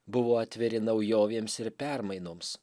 buvo atviri naujovėms ir permainoms